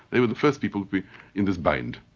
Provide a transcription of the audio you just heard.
they were the first people to be in this bind.